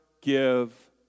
give